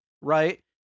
right